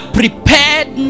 prepared